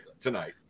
tonight